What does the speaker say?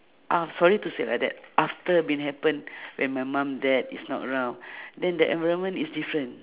I'm sorry to say like that after been happen when my mom dad is not around then the environment is different